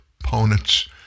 opponents